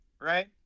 Right